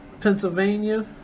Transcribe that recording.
Pennsylvania